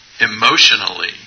emotionally